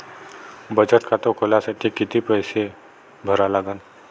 बचत खाते खोलासाठी किती पैसे भरा लागन?